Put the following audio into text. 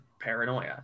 paranoia